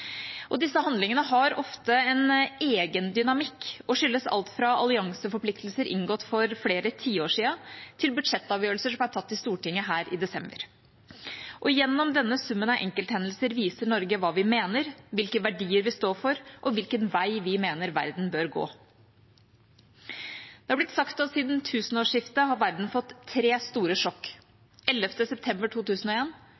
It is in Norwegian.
Disse handlingene har ofte en egen dynamikk og skyldes alt fra allianseforpliktelser inngått for flere tiår siden til budsjettavgjørelser som ble tatt her i Stortinget i desember. Gjennom denne summen av enkelthendelser viser Norge hva vi mener, hvilke verdier vi står for, og hvilken vei vi mener verden bør gå. Det er blitt sagt at siden tusenårsskiftet har verden fått tre store